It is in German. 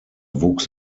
wuchs